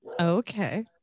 okay